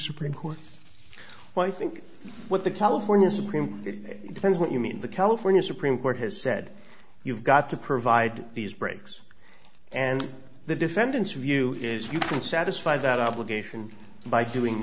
supreme court well i think what the california supreme depends what you mean the california supreme court has said you've got to provide these breaks and the defendant's view is you can satisfy that obligation by doing